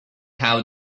how